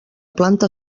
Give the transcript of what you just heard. planta